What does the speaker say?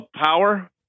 power